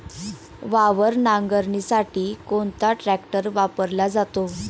वावर नांगरणीसाठी कोणता ट्रॅक्टर वापरला जातो?